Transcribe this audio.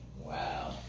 Wow